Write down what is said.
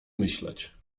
myśleć